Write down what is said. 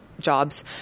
jobs